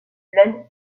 plaine